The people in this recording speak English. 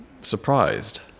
surprised